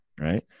right